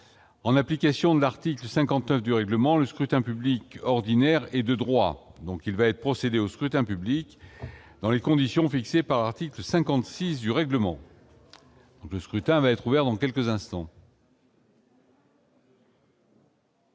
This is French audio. en application de l'article 51 du règlement, le scrutin public ordinaire et de droit, donc il va être procédé au scrutin public dans les conditions fixées par l'article 56 du règlement. Le scrutin va être ouvert dans quelques instants.